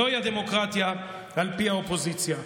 זוהי הדמוקרטיה על פי האופוזיציה.